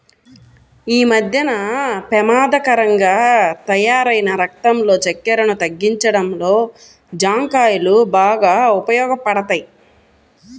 యీ మద్దెన పెమాదకరంగా తయ్యారైన రక్తంలో చక్కెరను తగ్గించడంలో జాంకాయలు బాగా ఉపయోగపడతయ్